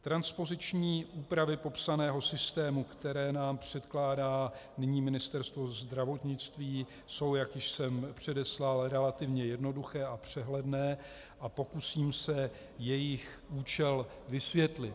Transpoziční úpravy popsaného systému, které nám předkládá nyní Ministerstvo zdravotnictví, jsou, jak již jsem předeslal, relativně jednoduché a přehledné a pokusím se jejich účel vysvětlit.